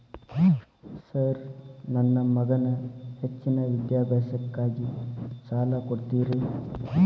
Sir ನನ್ನ ಮಗನ ಹೆಚ್ಚಿನ ವಿದ್ಯಾಭ್ಯಾಸಕ್ಕಾಗಿ ಸಾಲ ಕೊಡ್ತಿರಿ?